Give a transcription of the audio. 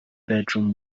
bedroom